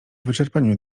wyczerpaniu